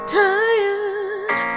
tired